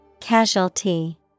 Casualty